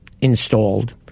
installed